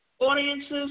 Audiences